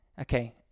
Okay